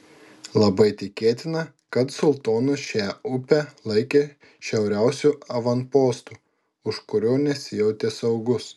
labai tikėtina kad sultonas šią upę laikė šiauriausiu avanpostu už kurio nesijautė saugus